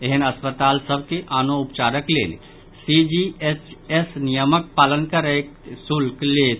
एहेन अस्पताल सभ के आनो उपचारक लेल सीजीएचएस नियमक पालन करैत शुल्क लेत